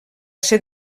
ser